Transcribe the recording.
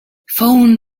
phone